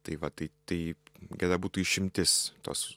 tai va tai tai geda būtų išimtis tos